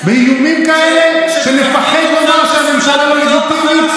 באיומים כאלה שנפחד לומר שהממשלה לא לגיטימית?